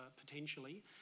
potentially